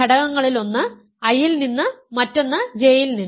ഘടകങ്ങളിൽ ഒന്ന് I യിൽ നിന്ന് മറ്റൊന്ന് J യിൽ നിന്ന്